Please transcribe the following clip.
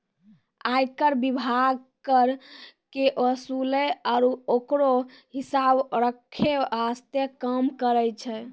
आयकर विभाग कर के वसूले आरू ओकरो हिसाब रख्खै वास्ते काम करै छै